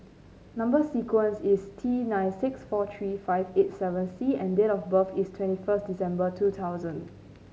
number sequence is T nine six four three five eight seven C and date of birth is twenty first December two thousand